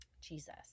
Jesus